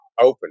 open